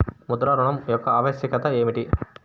ముద్ర ఋణం యొక్క ఆవశ్యకత ఏమిటీ?